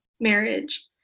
marriage